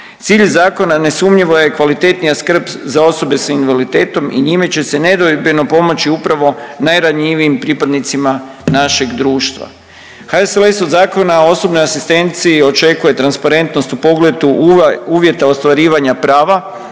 Cilj zakona nesumnjivo je kvalitetnija skrb za osobe s invaliditetom i njime će se nedvojbeno pomoći upravo najranjivijim pripadnicima našeg društva. HSLS od zakona o osobnoj asistenciji očekuje transparentnost u pogledu uvjeta ostvarivanja prava